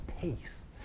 peace